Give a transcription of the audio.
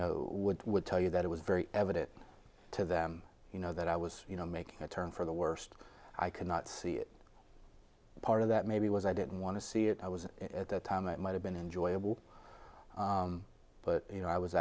know would tell you that it was very evident to them you know that i was you know making a turn for the worst i could not see a part of that maybe was i didn't want to see it i was at that time it might have been enjoyable but you know i was